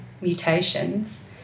mutations